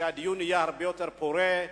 שיהיה הרבה יותר פורה,